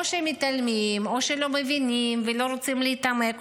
או שמתעלמים או שלא מבינים ולא רוצים להתעמק או